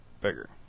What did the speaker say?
bigger